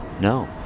No